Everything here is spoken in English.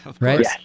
right